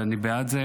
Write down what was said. ואני בעד זה,